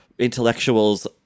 intellectuals